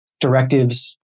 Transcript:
directives